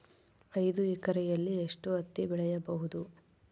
ಐದು ಎಕರೆಯಲ್ಲಿ ಎಷ್ಟು ಹತ್ತಿ ಬೆಳೆಯಬಹುದು?